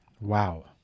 Wow